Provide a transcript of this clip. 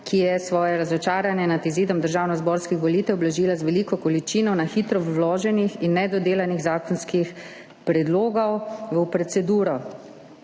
ki je svoje razočaranje nad izidom državnozborskih volitev blažila z veliko količino na hitro vloženih in nedodelanih zakonskih predlogov v proceduro.